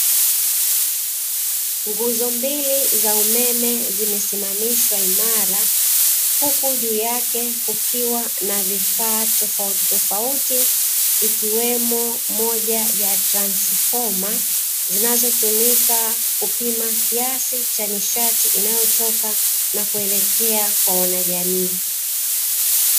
Nguzo mbili za umeme zimesimamishwa imara huku juu yake kukiwa na vifaa tofautitofauti, ikiwemo moja ya transfoma zinazotumika kupima kiasi cha nishati inayotoka na kuelekea kwa wanajamii.